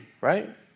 right